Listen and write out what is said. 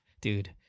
dude